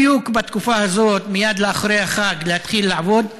בדיוק בתקופה הזאת, מייד אחרי החג, להתחיל לעבוד?